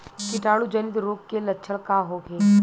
कीटाणु जनित रोग के लक्षण का होखे?